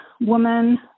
woman